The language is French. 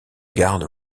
garde